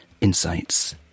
insights